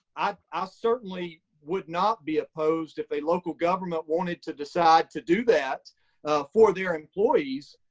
i certainly would not be opposed if a local government wanted to decide to do that for their employees.